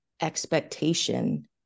expectation